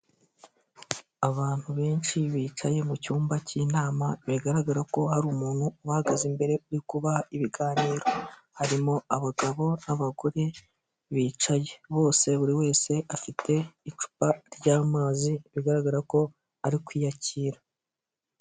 Abantu benshi bicaye mu cyumba k'inama bigaragara ko hari umuntu uhagaze mbere uri kubaha ibiganiro harimo abagabo n'abagore bicaye, bose buri wese afite icupa ry'amazi bigaragara ko ari kwiyakira.